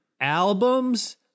Albums